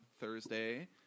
Thursday